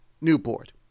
newport